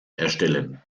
erstellen